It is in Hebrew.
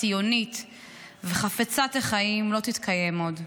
הציונית וחפצת החיים לא תתקיים עוד,